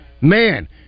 man